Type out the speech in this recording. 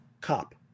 Cop